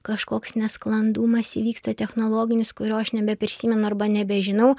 kažkoks nesklandumas įvyksta technologinis kurio aš nebeprisimenu arba nebežinau